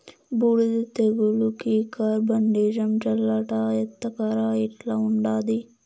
బూడిద తెగులుకి కార్బండిజమ్ చల్లాలట ఎత్తకరా ఇంట్ల ఉండాది